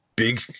Big